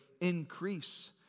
increase